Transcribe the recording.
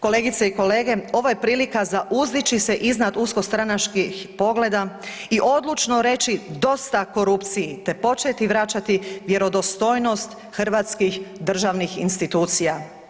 Kolegice i kolege, ovo je prilika uzdići se iznad usko stranačkih pogleda i odlučno reći dosta korupciji te početi vraćati vjerodostojnost hrvatskih državnih institucija.